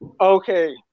Okay